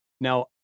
Now